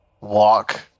walk